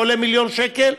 שעולה מיליון שקל,